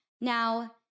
Now